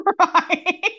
Right